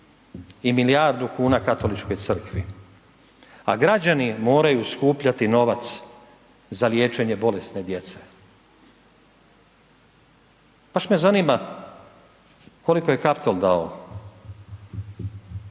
i milijardu kuna Katoličkoj crkvi, a građani moraju skupljati novac za liječenje bolesne djece. Baš me zanima koliko je Kaptol dao